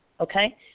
Okay